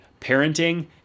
parenting